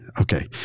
okay